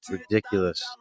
Ridiculous